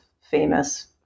famous